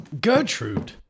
Gertrude